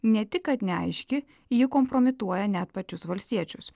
ne tik kad neaiški ji kompromituoja net pačius valstiečius